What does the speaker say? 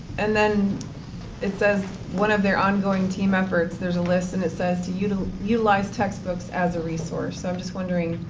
and then it says one of the ongoing team efforts, there's a listing it says to you know utilize textbooks as a resource. i'm just wondering